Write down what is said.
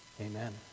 Amen